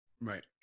Right